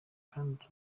kandi